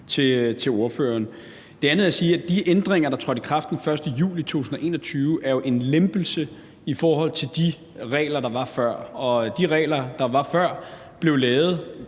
til ordføreren. Det andet, der er at sige, er, at de ændringer, der trådte i kraft den 1. juli 2021, jo er en lempelse i forhold til de regler, der var før. Og de regler, der var før, blev lavet